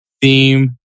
theme